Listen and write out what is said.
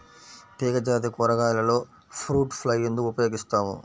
తీగజాతి కూరగాయలలో fruit fly ఎందుకు ఉపయోగిస్తాము?